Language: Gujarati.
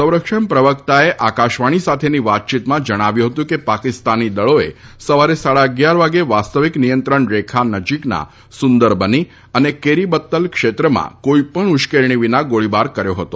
સંરક્ષણ પ્રવક્તાએ આકાશવાણી સાથેની વાતચીતમાં જણાવ્યું હતું કે પાકિસ્તાની દળોએ સવારે સાડા અગિયાર વાગે વાસ્તવિક નિયંત્રણ રેખા નજીકના સુંદરબની અને કેરીબત્તલ ક્ષેત્રમાં કોઇ પણ ઉશ્કેરણી વિના ગોળીબાર કર્યો હતો